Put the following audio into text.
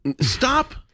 stop